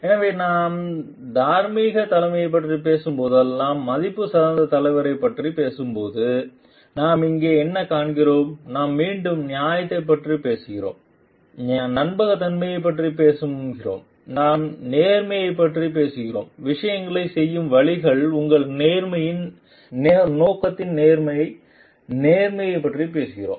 எனவே நாம் தார்மீகத் தலைமையைப் பற்றிப் பேசும் போதெல்லாம் மதிப்பு சார்ந்த தலைவரைப் பற்றிப் பேசும்போது நாம் இங்கே என்ன காண்கிறோம் நாம் மீண்டும் நியாயத்தைப் பற்றிப் பேசுகிறோம் நம்பகத்தன்மையைப் பற்றிப் பேசுகிறோம் நாம் நேர்மையைப் பற்றிப் பேசுகிறோம் விஷயங்களைச் செய்யும் வழிகளில் உங்கள் நோக்கத்தில் நேர்மை நேர்மையைப் பற்றிப் பேசுகிறோம்